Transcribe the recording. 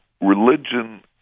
Religion